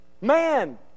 man